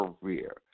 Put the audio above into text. career